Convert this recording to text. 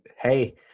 hey